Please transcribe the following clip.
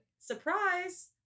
surprise